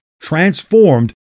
transformed